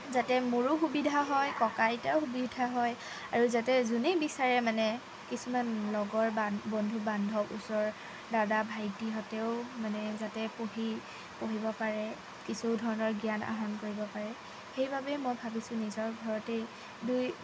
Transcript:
যাতে মোৰো সুবিধা হয় ককা আইতাৰো সুবিধা হয় আৰু যাতে যোনেই বিচাৰে মানে কিছুমান লগৰ বা বন্ধু বান্ধৱ ওচৰৰ দাদা ভাইটিহঁতেও মানে যাতে পঢ়ি পঢ়িব পাৰে কিছু ধৰণৰ জ্ঞান আহৰণ কৰিব পাৰে সেইবাবেই মই ভাবিছোঁ নিজৰ ঘৰতেই দুই